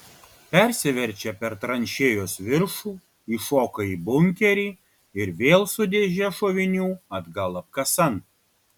persiverčia per tranšėjos viršų įšoka į bunkerį ir vėl su dėže šovinių atgal apkasan